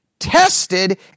tested